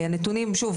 הנתונים שוב,